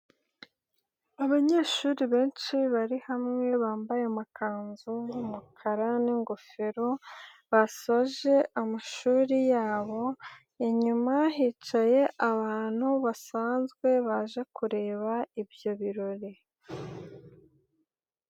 Abanyeshuri benshi bari hamwe bambaye amakanzu yumukara ningofero basoje amashuri yabo. Inyuma hicaye abantu basanzwe baje kureba ibyo birori.